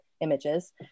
images